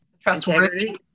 trustworthy